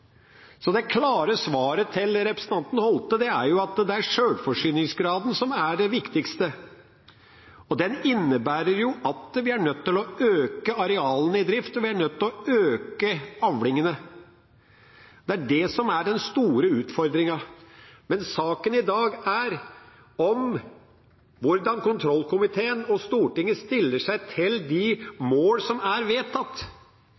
Så det klare svaret til representanten Holthe er at det er sjølforsyningsgraden som er det viktigste. Det innebærer at vi er nødt til å øke antall arealer i drift, og vi er nødt til å øke avlingene. Det er det som er den store utfordringa. Men saken i dag er om hvordan kontrollkomiteen og Stortinget stiller seg til de mål som er vedtatt.